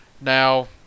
Now